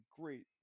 great